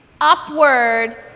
Upward